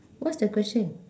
what's the question